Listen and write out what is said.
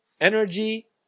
energy